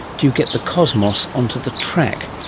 do you get the cosmos onto the track?